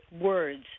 words